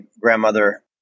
grandmother